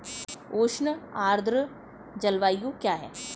उष्ण आर्द्र जलवायु क्या है?